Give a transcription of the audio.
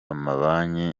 amabanki